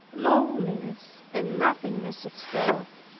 lowliness, and nothingness of self,